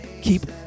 keep